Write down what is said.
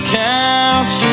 couch